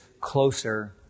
closer